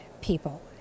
people